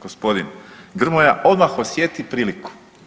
Gospodin Grmoja odmah osjeti priliku.